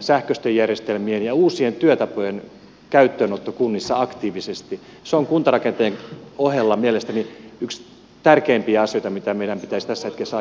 sähköisten järjestelmien ja uusien työtapojen käyttöönotto kunnissa aktiivisesti on kuntarakenteen ohella mielestäni yksi tärkeimpiä asioita mitä meidän pitäisi tässä hetkessä ajaa